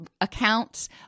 accounts